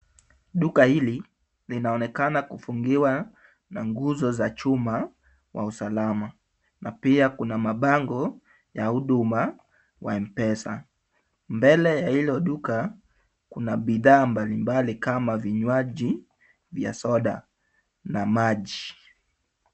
Duka hili linaonekana kufungiwa na nguzo za chuma wa usalama na pia kuna mabango ya huduma wa M-Pesa. Mbele ya hilo duka kuna bidhaa mbalimbali kama vinywaji vya soda na maji.